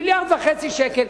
מיליארד וחצי שקל.